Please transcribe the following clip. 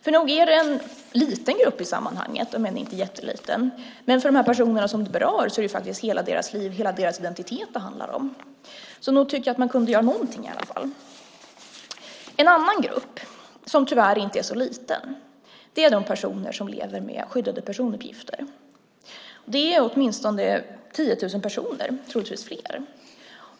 De är en liten grupp i sammanhanget, om än inte jätteliten, men för de personer som det berör är det hela deras liv och hela deras identitet det handlar om. Nog tycker jag att man kunde göra någonting i alla fall. En annan grupp, som tyvärr inte är så liten, är de personer som lever med skyddade personuppgifter. Det är åtminstone 10 000 personer, troligtvis fler.